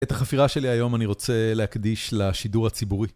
את החפירה שלי היום אני רוצה להקדיש לשידור הציבורי.